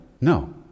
No